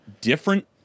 different